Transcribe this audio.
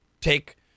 take